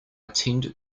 tend